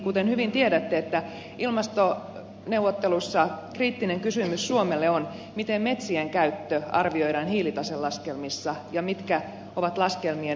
kuten hyvin tiedätte ilmastoneuvotteluissa kriittinen kysymys suomelle on miten metsien käyttö arvioidaan hiilitaselaskelmissa ja mitkä ovat laskelmien vertailuvuodet